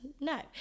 No